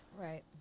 Right